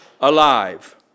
alive